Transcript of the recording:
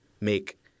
make